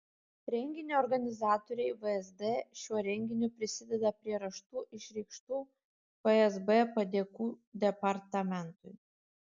renginio organizatoriai vsd šiuo renginiu prisideda prie raštu išreikštų fsb padėkų departamentui